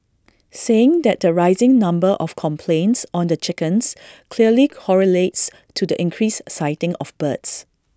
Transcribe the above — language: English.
saying that the rising number of complaints on the chickens clearly correlates to the increased sighting of birds